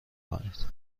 کنید